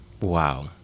Wow